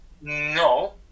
no